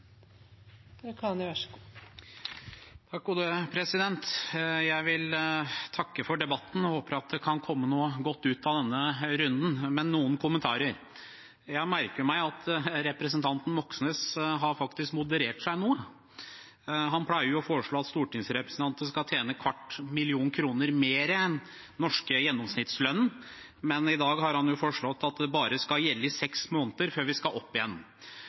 det kan komme noe godt ut av denne runden. Men jeg har noen kommentarer. Jeg merker meg at representanten Moxnes faktisk har moderert seg noe. Han pleier jo å foreslå at stortingsrepresentanter skal tjene en kvart million kroner mer enn den norske gjennomsnittslønnen, men i dag har han foreslått at det bare skal gjelde i seks måneder før den skal opp igjen.